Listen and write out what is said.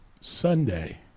Sunday